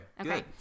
Okay